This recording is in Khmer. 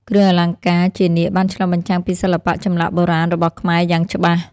គ្រឿងអលង្ការជានាគបានឆ្លុះបញ្ចាំងពីសិល្បៈចម្លាក់បុរាណរបស់ខ្មែរយ៉ាងច្បាស់។